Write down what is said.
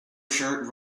shirt